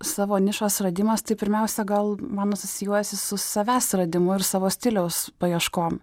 savo nišos suradimas tai pirmiausia gal man asocijuojasi su savęs radimo ir savo stiliaus paieškom